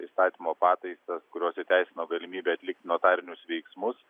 įstatymo pataisas kurios įteisino galimybę atlikti notarinius veiksmus